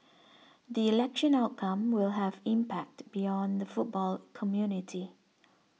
the election outcome will have impact beyond the football community